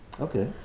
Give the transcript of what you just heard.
okay